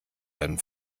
einen